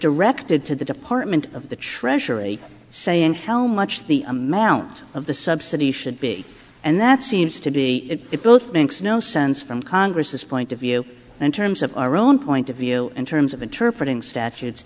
directed to the department of the treasury saying hell much the amount of the subsidy should be and that seems to be it both banks no sense from congress point of view and terms of our own point of view in terms of interpret ing statutes